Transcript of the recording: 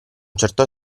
certo